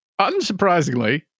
unsurprisingly